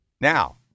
Now